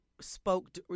spoke